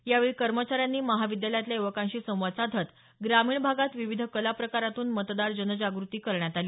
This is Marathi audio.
यावेळी कर्मचाऱ्यांनी महाविद्यालयातल्या युवकांशी संवाद साधत ग्रामीण भागात विविध कला प्रकारातून मतदार जनजागृती करण्यात आली